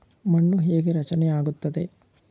ಮಣ್ಣು ಹೇಗೆ ರಚನೆ ಆಗುತ್ತದೆ?